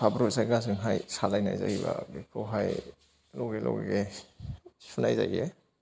हाब्रु जायगाजोंहाय सालायनाय जायोबा बेखौहाय लोगो लोगो सुनाय जायो